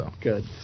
Good